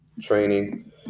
training